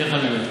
חבל,